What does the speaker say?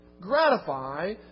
gratify